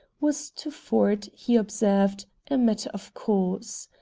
was to ford, he observed, a matter of course.